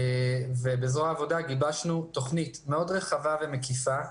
בזרוע העבודה גיבשנו תוכנית רחבה מאוד ומקיפה,